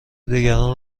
دیگران